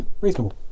reasonable